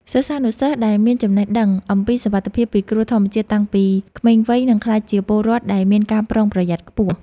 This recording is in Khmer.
សិស្សានុសិស្សដែលមានចំណេះដឹងអំពីសុវត្ថិភាពពីគ្រោះធម្មជាតិតាំងពីក្មេងវ័យនឹងក្លាយជាពលរដ្ឋដែលមានការប្រុងប្រយ័ត្នខ្ពស់។